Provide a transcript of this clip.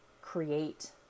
create